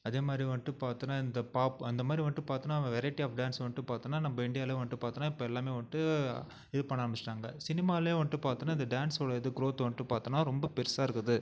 அதே மாதிரி வந்துட்டு பார்த்தோன்னா இந்த பாப் அந்த மாதிரி வந்துட்டு பார்த்தோன்னா வெரைட்டி ஆஃப் டான்ஸ் வந்துட்டு பார்த்தோன்னா நம்ம இண்டியாவிலே வந்துட்டு பார்த்தோன்னா இப்போ எல்லாமே வந்துட்டு இது பண்ண ஆரம்பிச்சுட்டாங்க சினிமாவிலே வந்துட்டு பார்த்தோன்னா இந்த டான்ஸோடய இது க்ரோத் வந்துட்டு பார்த்தோன்னா ரொம்ப பெருசாக இருக்குது